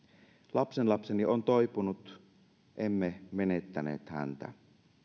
lapsenlapseni on toipunut emme menettäneet häntä